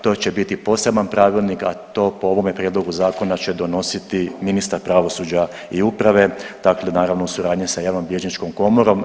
To će biti poseban pravilnik, a to po ovome prijedlogu zakona će donositi ministar pravosuđa i uprave, dakle naravno u suradnji sa Javnobilježničkom komorom.